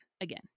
again